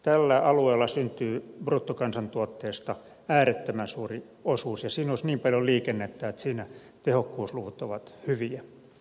tällä alueella syntyy bruttokansantuotteesta äärettömän suuri osuus ja siinä olisi niin paljon liikennettä että siinä tehokkuusluvut ovat hyviä